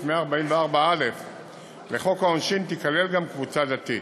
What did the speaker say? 144א לחוק העונשין תיכלל גם קבוצה דתית.